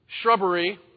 shrubbery